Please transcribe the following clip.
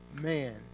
man